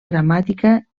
gramàtica